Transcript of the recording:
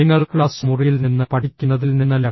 നിങ്ങൾ ക്ലാസ് മുറിയിൽ നിന്ന് പഠിക്കുന്നതിൽ നിന്നല്ല